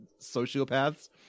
sociopaths